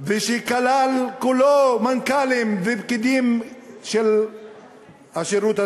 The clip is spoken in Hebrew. שכלל, כולו, מנכ"לים ופקידים של השירות הציבורי.